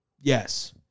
Yes